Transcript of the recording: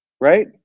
right